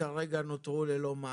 שכרגע נותרו ללא מעניין.